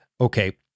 Okay